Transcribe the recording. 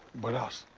what else?